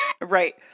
Right